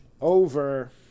over